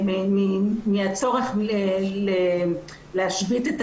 מהצורך להשבית.